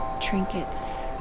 Trinkets